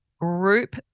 group